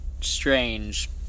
strange